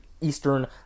eastern